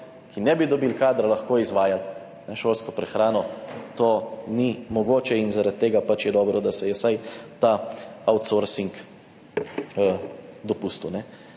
ki ne bi dobili kadra, lahko izvajali šolsko prehrano, to ni mogoče in zaradi tega pač je dobro, da se je vsaj ta outsourcing dopustil.